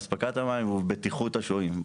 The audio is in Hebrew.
באספקת המים ובבטיחות השוהים,